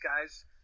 guys –